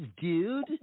dude